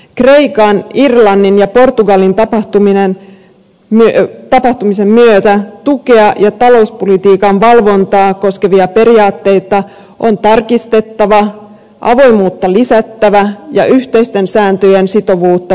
kreikan irlannin ja portugalin tapahtumien myötä tukea ja talouspolitiikan valvontaa koskevia periaatteita on tarkistettava avoimuutta lisättävä ja yhteisten sääntöjen sitovuutta vahvistettava